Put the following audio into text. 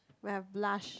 we have blush